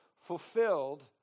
fulfilled